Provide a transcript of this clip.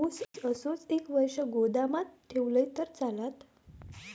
ऊस असोच एक वर्ष गोदामात ठेवलंय तर चालात?